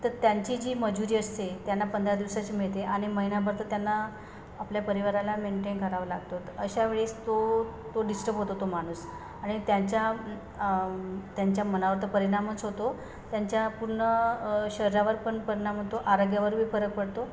तर त्यांची जी मजुरी असते त्यांना पंधरा दिवसाची मिळते आणि महिन्याभर तर त्यांना आपल्या परिवाराला मेंटेन करावं लागतो तर अशा वेळेस तो तो डिस्टब होतो तो माणूस आणि त्यांच्या त्यांच्या मनावर तर परिणामच होतो त्यांच्या पूर्ण शरीरावर पण परिणाम होतो आरोग्यावरबी फरक पडतो